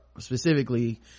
specifically